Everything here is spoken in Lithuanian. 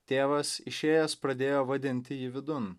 tėvas išėjęs pradėjo vadinti jį vidun